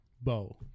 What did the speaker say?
bow